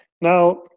Now